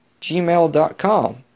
gmail.com